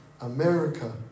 America